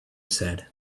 said